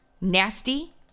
nasty